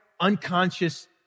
unconscious